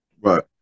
Right